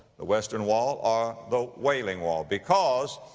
the western wall or the wailing wall. because,